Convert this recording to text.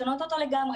לשנות אותו לגמרי.